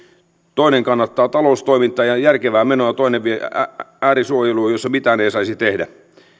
toinen kannattaa taloustoimintaa ja järkevää menoa ja toinen vie äärisuojeluun jossa mitään ei saisi tehdä